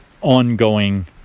ongoing